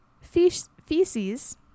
feces